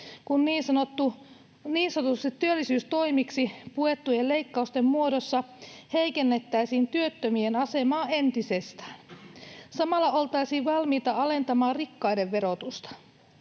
kun niin sanotuiksi työllisyystoimiksi puettujen leikkausten muodossa heikennettäisiin työttömien asemaa entisestään. Samalla oltaisiin valmiita alentamaan rikkaiden verotusta.